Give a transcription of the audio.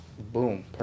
Boom